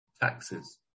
Taxes